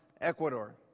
Ecuador